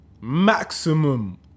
maximum